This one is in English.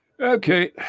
Okay